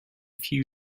few